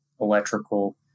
electrical